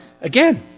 Again